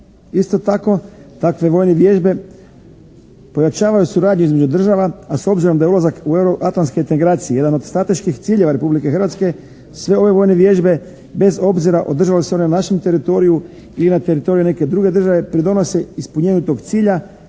Isto tako, takve vojne vježbe pojačavaju suradnju između država a s obzirom da je ulazak u euro atlanske integracije jedan od strateških ciljeva Republike Hrvatske sve ove vojne vježbe bez obzira održale se one na našem teritoriju ili na teritoriju neke druge države pridonose ispunjenju tog cilja